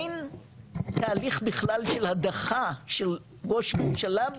אין תהליך בכלל של הדחה של ראש ממשלה,